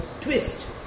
twist